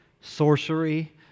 sorcery